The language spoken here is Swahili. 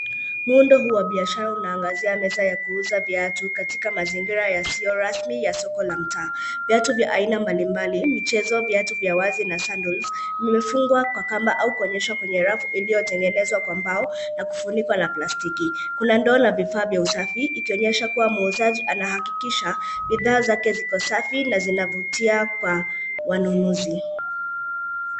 Muundo huu wa biashara unaangazia meza ya kuuza viatu katika mazingira yasiyo rasmi ya soko la mtaa. Viatu vya aina mbalimbali, michezo , viatu vya wazi na sandals vimefungwa kwa kamba au kuonyeshwa kwenye rafu iliyotengenezwa kwa mbao na kufunikwa na plastiki .Kuna ndoo la vifaa vya usafi ikionyesha kuwa muuzaji anahakikisha, bidhaa zake ziko safi na zinavutia kwa wanunuzi.